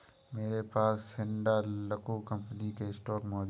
मेरे पास हिंडालको कंपनी के स्टॉक मौजूद है